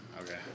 Okay